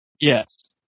Yes